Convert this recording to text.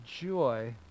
joy